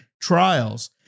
trials